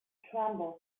tremble